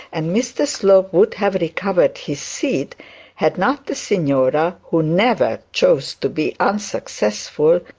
and mr slope would have recovered his seat had not the signora, who never chose to be unsuccessful,